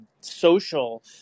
social